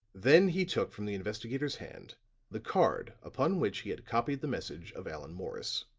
then he took from the investigator's hand the card upon which he had copied the message of allan morris.